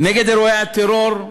נגד אירועי הטרור,